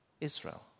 Israel